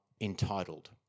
entitled